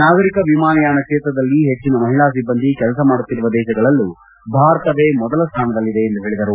ನಾಗರಿಕ ವಿಮಾನಯಾನ ಕ್ಷೇತ್ರದಲ್ಲಿ ಹೆಜ್ಜಿನ ಮಹಿಳಾ ಸಿಬ್ಬಂದಿ ಕೆಲಸ ಮಾಡುತ್ತಿರುವ ದೇಶಗಳಲ್ಲೂ ಭಾರತವೇ ಮೊದಲ ಸ್ಥಾನದಲ್ಲಿದೆ ಎಂದು ಹೇಳಿದರು